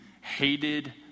hated